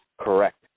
Correct